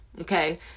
Okay